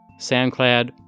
SoundCloud